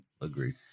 Agreed